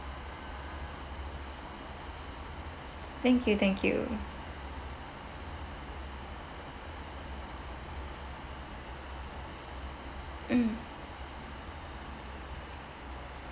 thank you thank you mm